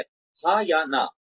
खैर हां या ना